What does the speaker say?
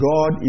God